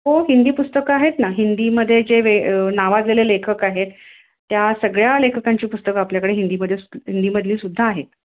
हो हिंदी पुस्तकं आहेत ना हिंदीमध्ये जे वे नावाजलेले लेखक आहेत त्या सगळ्या लेखकांची पुस्तकं आपल्याकडे हिंदीमध्ये हिंदीमधली सुद्धा आहेत